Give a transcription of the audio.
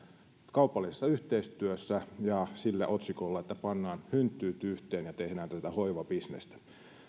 kaupallisessa yhteistyössä ja sillä otsikolla että pannaan hynttyyt yhteen ja tehdään hoivabisnestä